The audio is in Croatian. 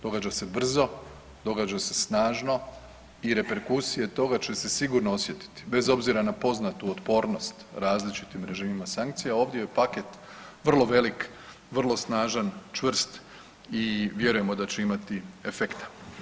Događa se brzo, događa se snažno i reperkusije toga će se sigurno osjetiti bez obzira na poznatu otpornost različitim režimima sankcija ovdje je paket vrlo velik, vrlo snažan, čvrst i vjerujemo da će imati efekta.